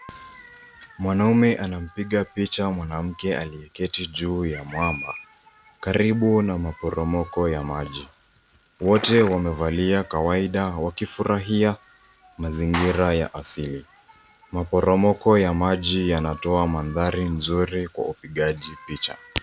Mwanamume anampiga picha mwanamke aliyeketi juu ya mwamba karibu na maporomoko ya maji. Wote wamevalia kawaida wakifurahia mazingira ya asili. Maporomoko ya maji yanatoa mandhari nzuri kwa upigaji picha.